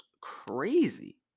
crazy